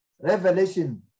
revelation